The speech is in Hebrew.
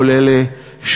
כל אלה,